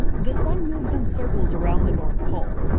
the sun moves in circles around the north pole,